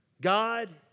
God